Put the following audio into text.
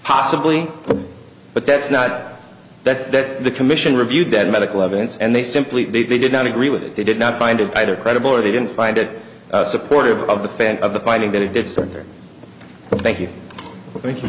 possibly but that's not that's that the commission reviewed that medical evidence and they simply they did not agree with it they did not find it either credible or they didn't find it supportive of the fans of the finding that it did sort of their thank you thank you